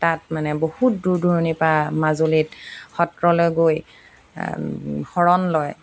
তাত মানে বহুত দূৰ দূৰণিৰপা মাজুলীত সত্ৰলৈ গৈ শৰণ লয়